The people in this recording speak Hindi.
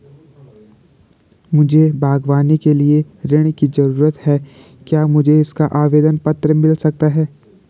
मुझे बागवानी के लिए ऋण की ज़रूरत है क्या मुझे इसका आवेदन पत्र मिल सकता है?